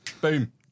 boom